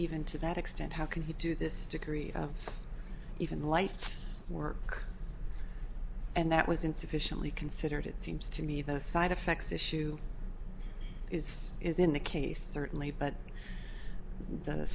even to that extent how can he do this degree of even light work and that was insufficiently considered it seems to me the side effects issue is in the case certainly but that a